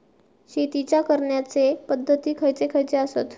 शेतीच्या करण्याचे पध्दती खैचे खैचे आसत?